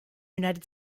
united